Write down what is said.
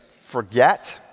forget